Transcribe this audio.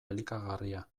elikagarria